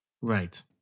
Right